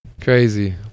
crazy